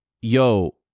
yo